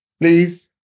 Please